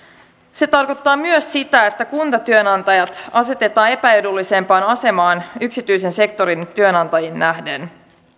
se tarkoittaa myös sitä että kuntatyönantajat asetetaan epäedullisempaan asemaan yksityisen sektorin työnantajiin nähden